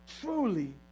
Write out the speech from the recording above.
truly